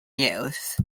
use